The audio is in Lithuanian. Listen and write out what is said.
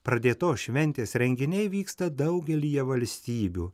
pradėtos šventės renginiai vyksta daugelyje valstybių